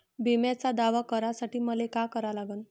बिम्याचा दावा करा साठी मले का करा लागन?